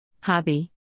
Hobby